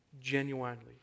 Genuinely